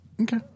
Okay